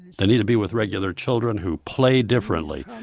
they need to be with regular children, who play differently,